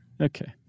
Okay